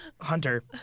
Hunter